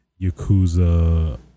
Yakuza